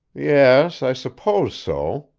yes, i suppose so,